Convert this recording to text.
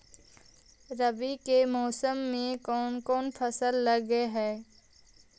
रवि के मौसम में कोन कोन फसल लग है?